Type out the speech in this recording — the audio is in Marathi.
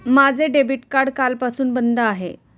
माझे डेबिट कार्ड कालपासून बंद आहे